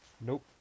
Nope